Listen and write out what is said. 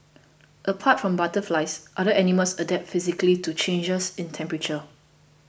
apart from butterflies other animals adapt physically to changes in temperature